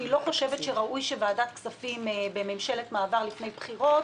שהיא לא חושבת שראוי שוועדת כספים בממשלת מעבר לפני בחירות